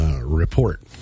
report